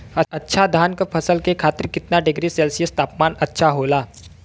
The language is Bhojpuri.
अच्छा धान क फसल के खातीर कितना डिग्री सेल्सीयस तापमान अच्छा होला?